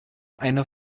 eine